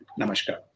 Namaskar